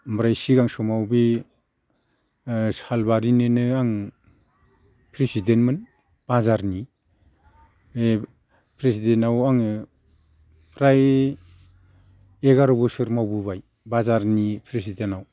ओमफ्राय सिगां समाव बि सालबारिनिनो आं प्रेसिडेन्टमोन बाजारनि प्रेसिडेन्ट आव आङो फ्राय एगार' बोसोर मावबोबाय बाजारनि प्रेसिडेन्टआव